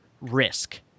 risk